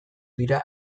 dira